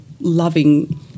loving